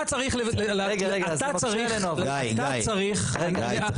אתה צריך, אתה צריך --- די, די.